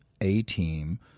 A-team